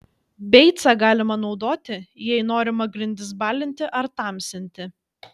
beicą galima naudoti jei norima grindis balinti ar tamsinti